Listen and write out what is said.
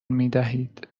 میدهید